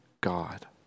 God